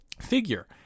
figure